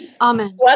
Amen